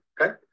okay